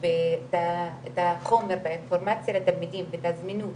את החומר האינפורמציה לתלמידים את הזמינות,